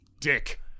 Dick